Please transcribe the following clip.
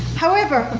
however,